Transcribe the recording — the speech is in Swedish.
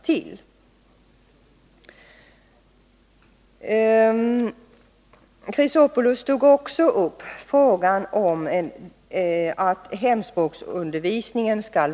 Alexander Chrisopoulos tog även upp frågan om obligatorisk hemspråksundervisning.